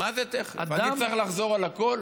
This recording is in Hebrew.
אני צריך לחזור על הכול?